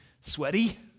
sweaty